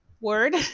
word